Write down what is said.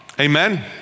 Amen